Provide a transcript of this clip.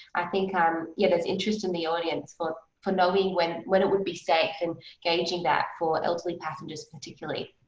i think, kind of um yeah, there's interest in the audience for for knowing when when it would be safe and gauging that for elderly passengers particularly.